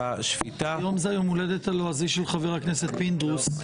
היום זה יום ההולדת הלועזי של חבר הכנסת פינדרוס.